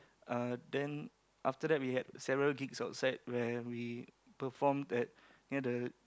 uh then after that we had several gigs outside where we perform at near the